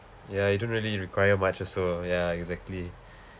ya you don't really require much also ya exactly